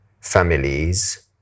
families